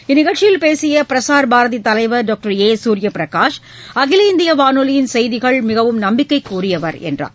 இந்நிகழ்ச்சியில் பேசிய பிரசார் பாரதி தலைவர் டாக்டர் ஏ சூரிய பிரகாஷ் அகில இந்திய வானொலியின் செய்திகள் மிகவும் நம்பிக்கைக்கு உரியவை என்று தெரிவித்தார்